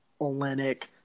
Olenek